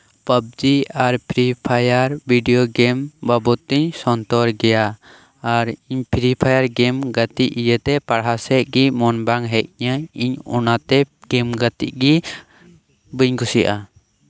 PUBG ᱟᱨ Free Fire video game ᱵᱟᱵᱚᱛᱛᱮᱧ ᱥᱚᱱᱛᱚᱨ ᱜᱮᱭᱟ ᱟᱨ ᱤᱧ ᱯᱷᱨᱤᱯᱷᱟᱭᱟᱨ ᱜᱮᱢ ᱜᱟᱹᱛᱤᱡ ᱤᱭᱟᱹᱛᱮ ᱯᱟᱲᱦᱟᱜ ᱥᱮᱫ ᱜᱮ ᱢᱚᱱ ᱵᱟᱝ ᱦᱮᱡ ᱟᱹᱧᱟᱹ ᱤᱧ ᱚᱱᱟᱛᱮ ᱜᱮᱢ ᱜᱟᱹᱛᱤᱜ ᱜᱮ ᱵᱟᱹᱧ ᱠᱩᱥᱤᱭᱟᱜᱼᱟ